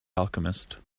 alchemist